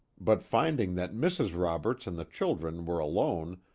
but finding that mrs. roberts and the children were alone,